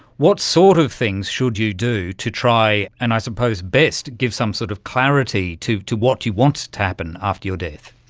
what sort of things should you do to try and i suppose best give some sort of clarity to to what you want to happen after your death?